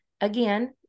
again